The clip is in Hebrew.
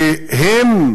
שהם